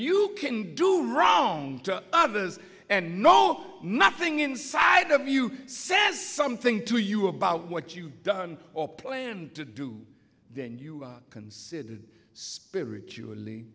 you do wrong to others and nothing inside of you says something to you about what you've done or planned to do then you are considered spiritually